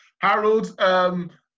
Harold